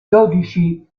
dodici